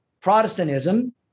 Protestantism